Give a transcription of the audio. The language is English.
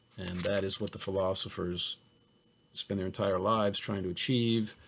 and that is what the philosophers spend their entire lives trying to achieve.